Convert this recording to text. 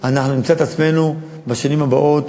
אנחנו נמצא את עצמנו בשנים הבאות